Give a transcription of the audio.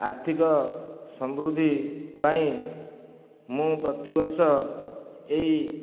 ଆର୍ଥିକ ସମୃଦ୍ଧି ପାଇଁ ମୁଁ ପ୍ରତିବର୍ଷ ଏଇ